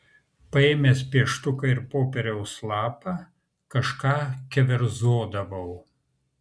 paėmęs pieštuką ir popieriaus lapą kažką keverzodavau